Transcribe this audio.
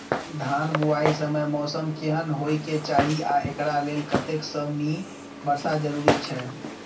धान बुआई समय मौसम केहन होइ केँ चाहि आ एकरा लेल कतेक सँ मी वर्षा जरूरी छै?